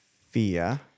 fear